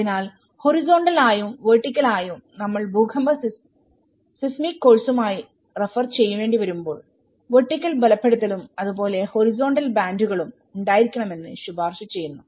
അതിനാൽ ഹൊറിസോണ്ടൽ ആയും വെർട്ടിക്കൽആയുംനമ്മൾ ഭൂകമ്പ സിസ്മിക് കോഴ്സുമായിറഫർ ചെയ്യേണ്ടിവരുമ്പോൾ വെർട്ടിക്കൽ ബലപ്പെടുത്തലും അതുപോലെ ഹൊറിസോണ്ടൽ ബാൻഡുകളും ഉണ്ടായിരിക്കണമെന്ന് ശുപാർശ ചെയ്യുന്നു